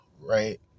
right